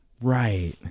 Right